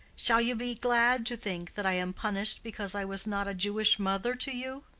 shall you be glad to think that i am punished because i was not a jewish mother to you?